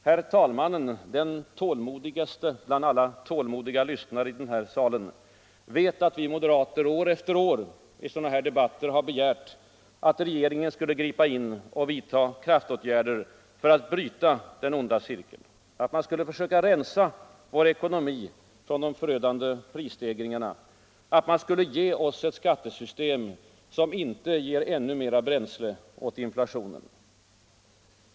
Herr talmannen — den tålmodigaste bland alla tålmodiga lyssnare i den här salen — vet att vi moderater år efter år i sådana här debatter begärt att regeringen skulle gripa in och vidta kraftåtgärder för att bryta den onda cirkeln. Att man skulle försöka rensa vår ekonomi från de förödande prisstegringarna. Att man skulle ge oss ett skattesystem som inte skänker ännu mera bränsle åt inflationen.